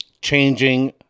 changing